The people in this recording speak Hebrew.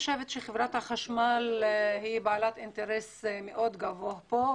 חברת החשמל היא בעלת אינטרס מאוד גדול פה,